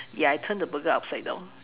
ya I turn the burger upside down